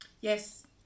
Yes